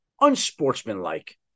unsportsmanlike